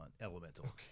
elemental